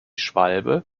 schwalbe